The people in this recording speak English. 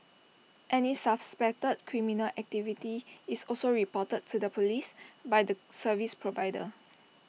any suspected criminal activity is also reported to the Police by the service provider